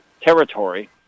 territory